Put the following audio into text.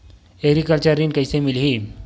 Agriculture ऋण कइसे मिलही?